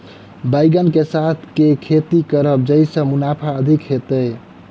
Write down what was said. बैंगन कऽ साथ केँ खेती करब जयसँ मुनाफा अधिक हेतइ?